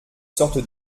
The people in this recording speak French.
sorte